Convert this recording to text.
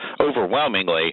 overwhelmingly